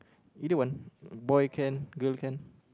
either one boy can girl can